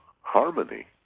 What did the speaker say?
harmony